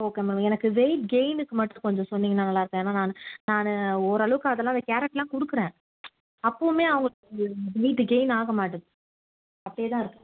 okay madam எனக்கு weight கெயினுக்கு மட்டும் கொஞ்சம் சொன்னீங்கன்னால் நல்லாயிருக்கும் ஏன்னால் நான் நான் ஓரளவுக்கு அதெல்லாமே கேரட்டெலாம் கொடுக்குறேன் அப்போவுமே அவங்களுக்கு வெயிட்டு கெயின் ஆக மாட்டேது அப்படியேதான் இருக்குது